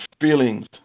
feelings